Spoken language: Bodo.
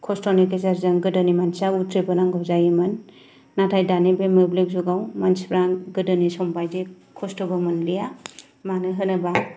खस्थ'नि गेजेरजों गोदोनि मानसिया उथ्रिबोनांगौ जायोमोन नाथाय दानि बे मोब्लिब जुगाव मानसिफोरा गोदोनि सम बायदियै खस्थ'बो मोनलिया मानो होनोबा